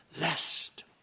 lest